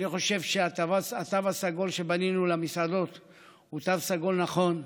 אני חושב שהתו הסגול שבנינו למסעדות הוא תו סגול נכון.